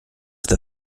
the